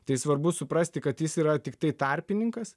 tai svarbu suprasti kad jis yra tiktai tarpininkas